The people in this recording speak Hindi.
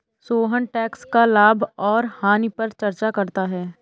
सोहन टैक्स का लाभ और हानि पर चर्चा करता है